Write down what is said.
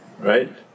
Right